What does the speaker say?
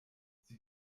sie